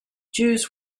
jews